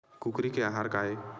कुकरी के आहार काय?